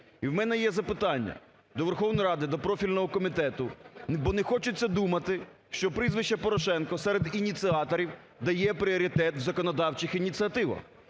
І у мене є запитання до Верховної Ради, до профільного комітету. Бо не хочеться думати, що прізвище Порошенко серед ініціаторів дає пріоритет в законодавчих ініціативах.